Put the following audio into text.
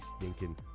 stinking